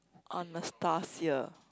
Anastasia